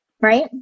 Right